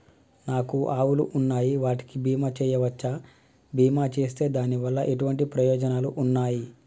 నాకు ఆవులు ఉన్నాయి వాటికి బీమా చెయ్యవచ్చా? బీమా చేస్తే దాని వల్ల ఎటువంటి ప్రయోజనాలు ఉన్నాయి?